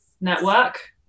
network